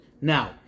Now